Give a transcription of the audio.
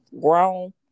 grown